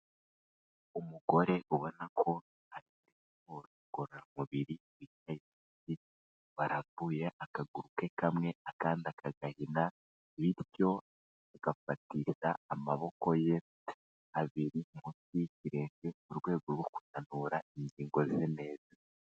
Umugore ubona ko afite muri siporo ngororamubiri arambuye akaguru ke kamwe akandi aragahina bityo agafatisha amaboko ye abiri munsi y'ikierenge mu rwego rwo kunanura ingigo ze neza.